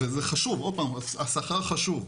וזה חשוב, עוד פעם, השכר חשוב.